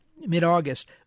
mid-August